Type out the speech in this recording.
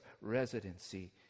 residency